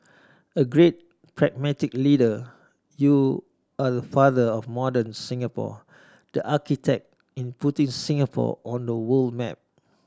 a great pragmatic leader you are the father of modern Singapore the architect in putting Singapore on the world map